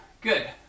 Good